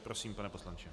Prosím, pane poslanče.